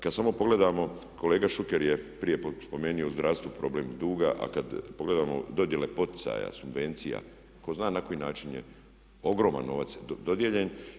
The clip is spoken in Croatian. Kad samo pogledamo kolega Šuker je prije spomenuo u zdravstvu problem duga, a kad pogledamo dodjele poticaja, subvencija tko zna na koji način je ogroman novac dodijeljen.